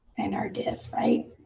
and our div right?